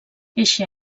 eixe